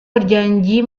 berjanji